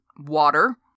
water